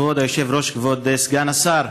כבוד היושב-ראש, כבוד סגן השר,